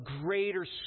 greater